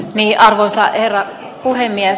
arvoisa herra puhemies